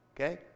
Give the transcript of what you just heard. Okay